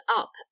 up